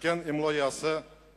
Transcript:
שכן אם לא יעשה כן,